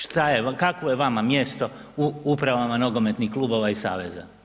Što je, kakvo je vama mjesto u upravama nogometnih klubova i saveza?